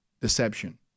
deception